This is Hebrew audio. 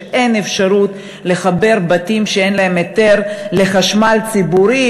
שאין אפשרות לחבר בתים שאין להם היתר לחשמל ציבורי,